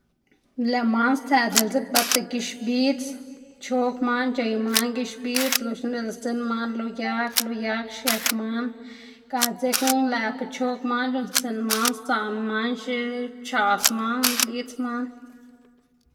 lëꞌ man stsëꞌ diꞌltse bëta gix bidz, chog man c̲h̲ey man gix bix loxna dela sdzinn man lo yag, lo yag xiëp man ga dzekna lëꞌkga c̲h̲og man c̲h̲uꞌnnstsiꞌn man sdzaꞌ man xipchaꞌs man, lidz man.